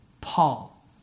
Paul